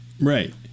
right